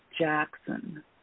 Jackson